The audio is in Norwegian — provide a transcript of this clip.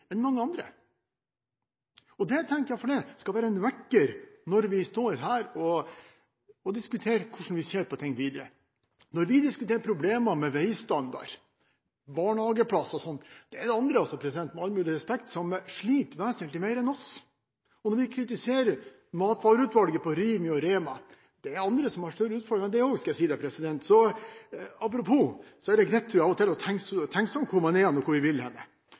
enn mange andre. Jeg tenker at dette skal være en vekker når vi står her og diskuterer hvordan vi ser på ting videre. Når vi diskuterer problemer med veistandard, barnehageplasser og slike ting, så er det altså andre – med all mulig respekt – som sliter vesentlig mer enn oss. Og når vi kritiserer matvareutvalget på Rimi og Rema: Det er andre som har større utfordringer enn dette. Så det er, apropos, greit å tenke seg om litt – hvor man er hen, og hvor man vil hen. Så synes jeg, for å gå litt videre, det er